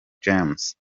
james